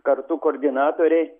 kartu koordinatoriai